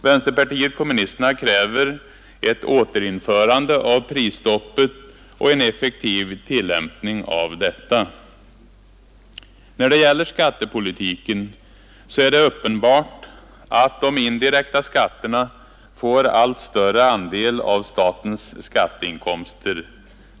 Vänsterpartiet kommunisterna kräver ett återinförande av prisstoppet och en effektiv tillämpning av detta. När det gäller skattepolitiken är det uppenbart att de indirekta skatterna får allt större andel av statens skatteinkomster.